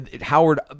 Howard